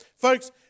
Folks